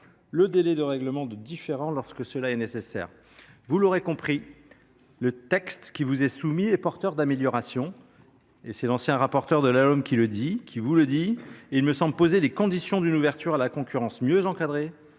le délai de règlement de différends lorsque cela est nécessaire. Vous l’aurez compris, mes chers collègues, le texte qui vous est soumis est porteur d’améliorations – c’est celui qui fut rapporteur de la LOM qui vous le dit ! Il me semble poser les conditions d’une ouverture à la concurrence mieux encadrée,